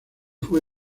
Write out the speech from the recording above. fue